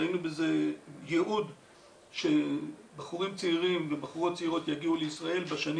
ראינו בזה ייעוד שבחורים צעירים ובחורות צעירות יגיעו לישראל בשנים